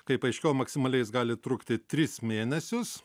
kaip paaiškėjo maksimaliai jis gali trukti tris mėnesius